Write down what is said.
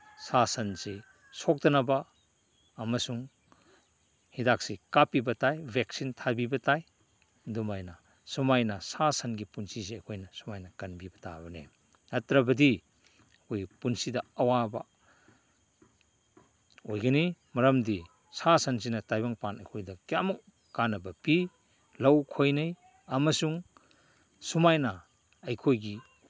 ꯁꯥ ꯁꯟꯁꯤ ꯁꯣꯛꯇꯅꯕ ꯑꯃꯁꯨꯡ ꯍꯤꯗꯥꯛꯁꯤ ꯀꯥꯞꯄꯤꯕ ꯇꯥꯏ ꯚꯦꯛꯁꯤꯟ ꯊꯥꯕꯤꯕ ꯇꯥꯏ ꯑꯗꯨꯃꯥꯏꯅ ꯁꯨꯃꯥꯏꯅ ꯁꯥ ꯁꯟꯒꯤ ꯄꯨꯟꯁꯤꯁꯦ ꯑꯩꯈꯣꯏꯅ ꯁꯨꯃꯥꯏꯅ ꯀꯟꯕꯤꯕ ꯇꯥꯕꯅꯤ ꯅꯠꯇ꯭ꯔꯕꯗꯤ ꯑꯩꯈꯣꯏꯒꯤ ꯄꯨꯟꯁꯤꯗ ꯑꯋꯥꯕ ꯑꯣꯏꯒꯅꯤ ꯃꯔꯝꯗꯤ ꯁꯥ ꯁꯟꯁꯤꯅ ꯇꯥꯏꯕꯪꯄꯥꯟ ꯑꯩꯈꯣꯏꯗ ꯀꯌꯥꯃꯨꯛ ꯀꯥꯟꯅꯕ ꯄꯤ ꯂꯧ ꯈꯣꯏꯅꯩ ꯑꯃꯁꯨꯡ ꯁꯨꯃꯥꯏꯅ ꯑꯩꯈꯣꯏꯒꯤ